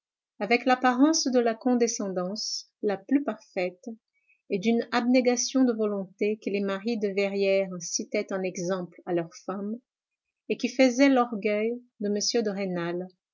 avec l'apparence de la condescendance la plus parfaite et d'une abnégation de volonté que les maris de verrières citaient en exemple à leurs femmes et qui faisait l'orgueil de